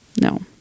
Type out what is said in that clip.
No